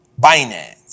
Binance